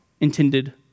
intended